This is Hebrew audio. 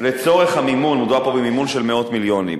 לצורך המימון, מדובר פה במימון של מאות מיליונים.